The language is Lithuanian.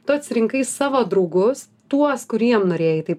tu atsirinkai savo draugus tuos kuriem norėjai tai